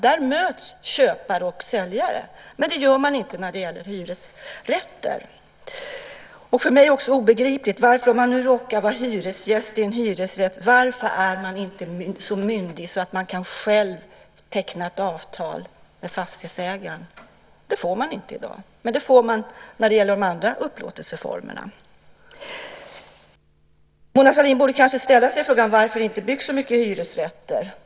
Där möts köpare och säljare. Men det gör man inte när det gäller hyresrätter. För mig är det också obegripligt varför man inte, om man nu råkar vara hyresgäst i en hyresrätt, är så myndig att man själv kan teckna ett avtal med fastighetsägaren. Det får man inte i dag. Men det får man när det gäller de andra upplåtelseformerna. Mona Sahlin borde kanske ställa sig frågan varför det inte byggs så många hyresrätter.